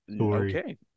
Okay